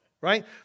right